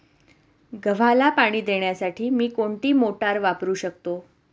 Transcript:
गव्हाला पाणी देण्यासाठी मी कोणती मोटार वापरू शकतो?